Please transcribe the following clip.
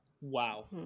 Wow